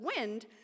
wind